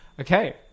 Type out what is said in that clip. Okay